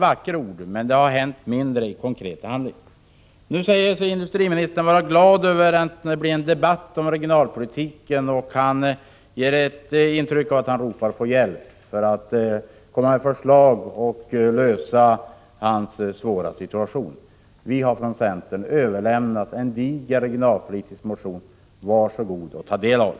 Vackra ord har uttalats, men konkret har man gjort mindre. Industriministern säger sig vara glad över att det blir en regionalpolitisk debatt. Men hans uttalanden ger intryck av att han ropar på hjälp. Han vill ju ha förslag till lösningar på den svåra situation som han befinner sig i. Vi i centerpartiet har överlämnat en diger regionalpolitisk motion, så var så god och ta del av